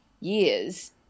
years